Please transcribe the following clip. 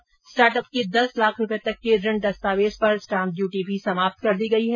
budget में startup के दस लाख रूपये तक के ऋण दस्तावेज पर स्टाम्प ड्यूटी समाप्त कर दी गई है